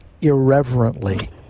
irreverently